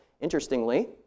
Interestingly